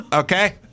Okay